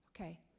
Okay